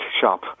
shop